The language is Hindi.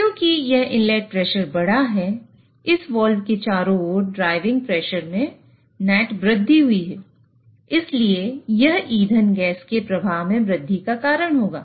क्योंकि यह इनलेट प्रेशर बढ़ा है इस वाल्व के चारों ओर ड्राइविंग प्रेशर में शुद्ध वृद्धि हुई है इसलिए यह ईंधन गैस के प्रवाह में वृद्धि का कारण होगा